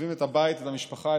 עוזבים את הבית והמשפחה,